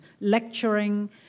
lecturing